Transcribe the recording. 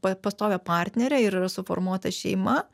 pa pastovią partnerę ir yra suformuota šeima